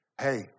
hey